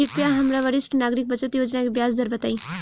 कृपया हमरा वरिष्ठ नागरिक बचत योजना के ब्याज दर बताई